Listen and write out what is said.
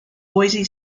boise